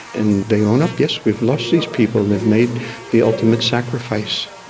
and they own up, yes, we've lost these people and they've made the ultimate sacrifice.